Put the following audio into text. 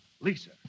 Lisa